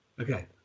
okay